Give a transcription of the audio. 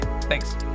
thanks